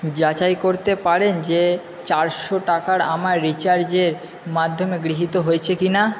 যাচাই করতে পারেন যে চারশো টাকার আমার রিচার্জের মাধ্যমে গৃহীত হয়েছে কি না